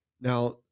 Now